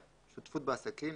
שותפות בעסקים,